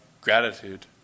gratitude